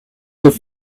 have